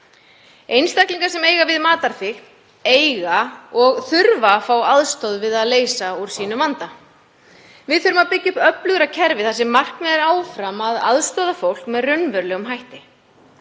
Einstaklingar sem eiga við matarfíkn að stríða eiga og þurfa að fá aðstoð við að leysa úr sínum vanda. Við þurfum að byggja upp öflugra kerfi þar sem markmiðið er áfram að aðstoða fólk með raunverulegum hætti.